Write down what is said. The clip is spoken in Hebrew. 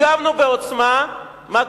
הגבנו בעוצמה, מה קיבלנו?